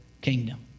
kingdom